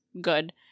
good